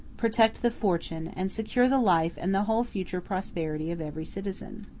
protect the fortune, and secure the life and the whole future prosperity of every citizen.